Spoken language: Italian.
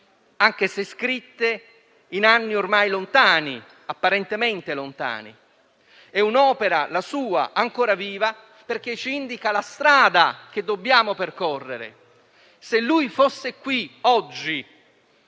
anche se scritte in anni ormai lontani, apparentemente lontani. La sua è un'opera ancora viva, perché ci indica la strada che dobbiamo percorrere. Se lui fosse qui oggi